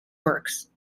works